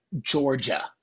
Georgia